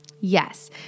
Yes